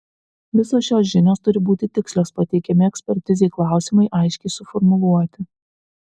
visos šios žinios turi būti tikslios pateikiami ekspertizei klausimai aiškiai suformuluoti